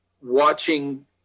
watching